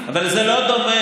כבר דיברנו על, אבל זה לא דומה.